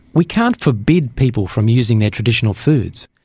we can't forbid people from using their traditional foods,